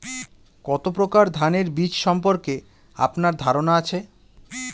কত প্রকার ধানের বীজ সম্পর্কে আপনার ধারণা আছে?